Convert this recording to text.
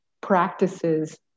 practices